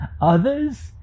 others